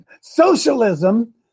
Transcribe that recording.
Socialism